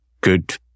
good